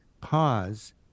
pause